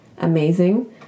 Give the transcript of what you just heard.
Amazing